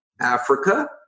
Africa